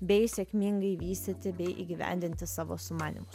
bei sėkmingai vystyti bei įgyvendinti savo sumanymus